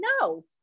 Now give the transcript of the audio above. No